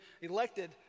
elected